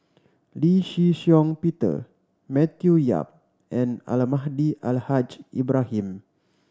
Lee Shih Shiong Peter Matthew Yap and Almahdi Al Haj Ibrahim